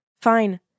Fine